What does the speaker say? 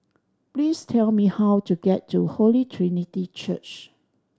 please tell me how to get to Holy Trinity Church